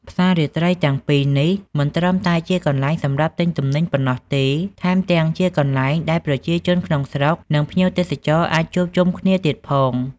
ផ្សាររាត្រីទាំងពីរនេះមិនត្រឹមតែជាកន្លែងសម្រាប់ទិញទំនិញប៉ុណ្ណោះទេ ថែមទាំងជាទីកន្លែងដែលប្រជាជនក្នុងស្រុក និងភ្ញៀវទេសចរអាចជួបជុំគ្នាទៀតផង។